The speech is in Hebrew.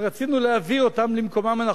ורצינו להביא אותן למקומן הנכון,